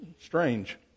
strange